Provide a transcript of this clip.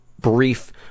brief